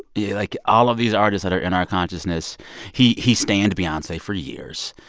yeah like, all of these artists that are in our consciousness he he stanned beyonce for years.